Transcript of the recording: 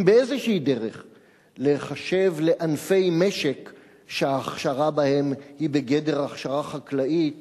באיזו דרך להיחשב לענפי משק שההכשרה בהם היא בגדר הכשרה חקלאית